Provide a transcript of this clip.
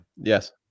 yes